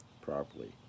properly